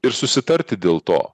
ir susitarti dėl to